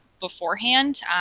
beforehand